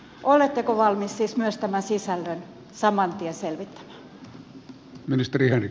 oletteko valmis siis myös tämän sisällön saman tien selvittämään